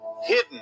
hidden